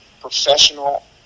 professional